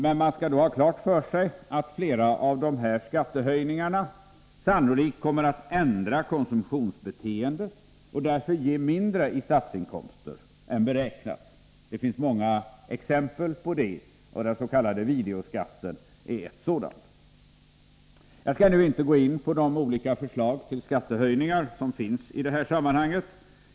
Men man skall då ha klart för sig att flera av de här skattehöjningarna sannolikt kommer att ändra konsumtionsbeteendet och därför ge mindre i statsinkomster än beräknat. Det finns många exempel på det. Den s.k. videoskatten är ett sådant. Jag skall nu inte gå in på de olika förslag till skattehöjningar som finns i det här sammanhanget.